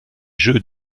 jeux